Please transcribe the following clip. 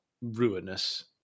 ruinous